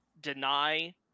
deny